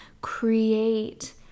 create